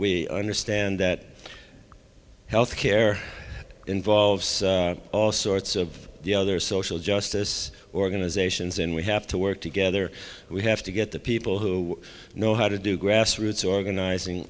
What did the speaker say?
we understand that health care involves all sorts of the other social justice organizations and we have to work together we have to get the people who know how to do grassroots organizing